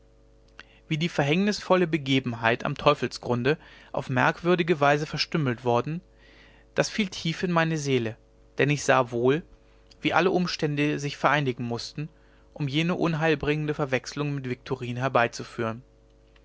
wie die verhängnisvolle begebenheit am teufelsgrunde auf merkwürdige weise verstümmelt worden das fiel tief in meine seele denn ich sah wohl wie alle umstände sich vereinigen mußten um jene unheilbringende verwechslung mit viktorin herbeizuführen